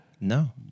No